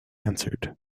answered